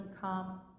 come